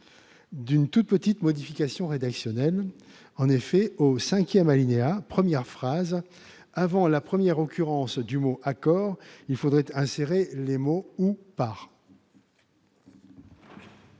d'une toute petite modification rédactionnelle : au cinquième alinéa, première phrase, avant la première occurrence du mot « accord », il faudrait insérer les mots « ou par ».